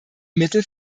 mittel